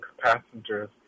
passengers